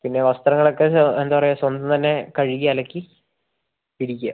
പിന്നെ വസ്ത്രങ്ങളൊക്കെ എന്താ പറയുക സ്വന്തം തന്നെ കഴുകി അലക്കി വിരിക്കുക